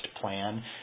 plan